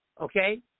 Okay